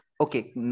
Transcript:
okay